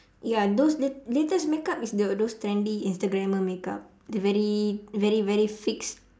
ya those late latest makeup is the those trendy instagrammer makeup the very very very fix